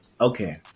okay